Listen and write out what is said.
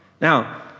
Now